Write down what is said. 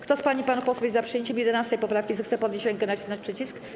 Kto z pań i panów posłów jest za przyjęciem 11. poprawki, zechce podnieść rękę i nacisnąć przycisk.